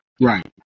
right